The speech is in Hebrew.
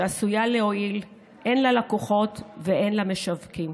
שעשויה להועיל הן ללקוחות והן למשווקים.